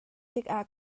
tikah